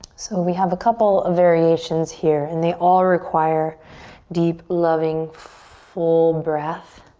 so we have a couple of variations here and they all require deep, loving, full breath.